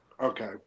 Okay